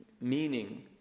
meaning